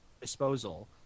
disposal